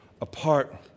apart